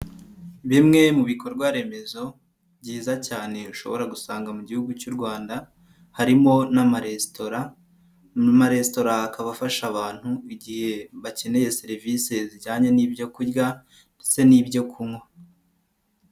Bimwe mu bikorwa remezo byiza cyane ushobora gusanga mu gihugu cy'u Rwanda harimo n'amaresitora, amaresitora akaba afasha abantu igihe bakeneye serivisi zijyanye n'ibyo kurya ndetse n'ibyo kunywa.